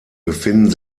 befinden